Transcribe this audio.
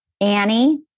Annie